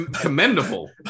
commendable